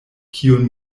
kiun